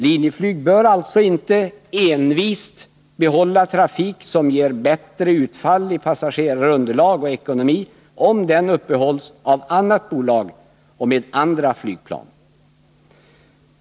Linjeflyg bör alltså inte envist behålla trafik som ger bättre utfall i passagerarunderlag och ekonomi om den uppehålls av annat bolag och med andra flygplan.